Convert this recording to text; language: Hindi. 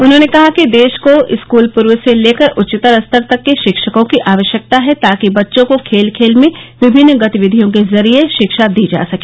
उन्होंने कहा कि देश को स्कूल पूर्व से लेकर उच्चतर स्तर तक के शिक्षकों की आवश्यकता है ताकि बच्चों को खेल खेल में विभिन्न गतिविधियों के जरिये शिक्षा दी जा सके